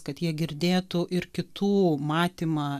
kad jie girdėtų ir kitų matymą